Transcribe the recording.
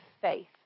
faith